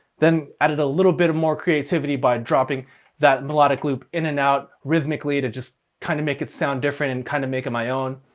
then added a little bit more creativity by dropping that melodic loop in and out rhythmically, to just kinda make it sound different and kinda make it my own,